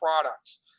products